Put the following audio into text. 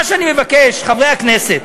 מה שאני מבקש, חברי הכנסת,